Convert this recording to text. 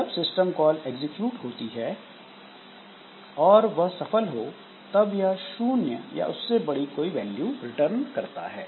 जब system call execute होती है और वह सफल हो तब यह 0 या उससे बड़ी कोई वैल्यू रिटर्न करता है